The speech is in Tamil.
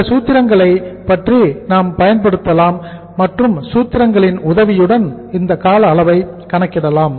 இந்த சூத்திரங்களை நாம் பயன்படுத்தலாம் மற்றும் சூத்திரங்களின் உதவியுடன் இந்த கால அளவை கணக்கிடலாம்